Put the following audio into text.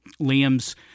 Liam's